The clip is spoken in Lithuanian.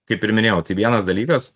kaip ir minėjau tai vienas dalykas